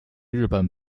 日本